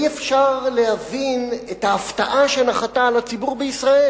אי-אפשר להבין את ההפתעה שנחתה על הציבור בישראל